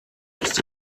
ist